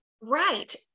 Right